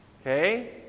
Okay